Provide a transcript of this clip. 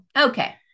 Okay